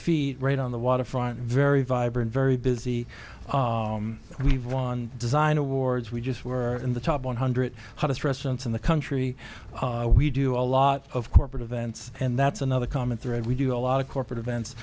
feet right on the waterfront very vibrant very busy we've won design awards we just were in top one hundred hottest restaurants in the country we do a lot of corporate events and that's another common thread we do a lot of corporate events